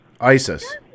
Isis